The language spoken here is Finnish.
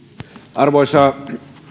arvoisa